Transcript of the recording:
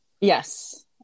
yes